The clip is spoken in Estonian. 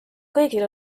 kõigil